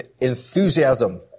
enthusiasm